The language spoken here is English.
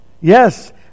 Yes